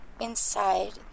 inside